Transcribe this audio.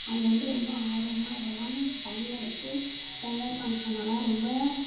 அவங்க வந்து ரொம்ப ஆர்வமாக அதிலலாம் டைம் எடுத்து பொங்கல் ஃபங்க்ஷனெலாம் ரொம்ப